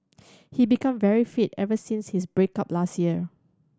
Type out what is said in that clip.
he become very fit ever since his break up last year